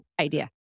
idea